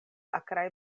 akraj